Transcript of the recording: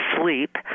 sleep